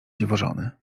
dziwożony